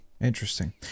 Interesting